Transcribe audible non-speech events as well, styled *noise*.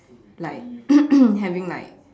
like *coughs* having like